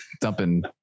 dumping